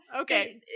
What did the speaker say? Okay